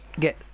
get